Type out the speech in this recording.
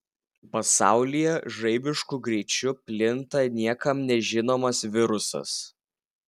pasaulyje žaibišku greičiu plinta niekam nežinomas virusas